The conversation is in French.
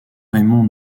raymond